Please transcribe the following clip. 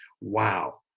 wow